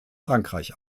frankreich